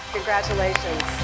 Congratulations